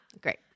Great